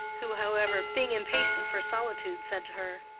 who, however, being impatient for solitude said to her,